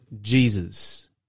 Jesus